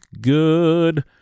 good